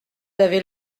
avez